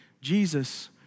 Jesus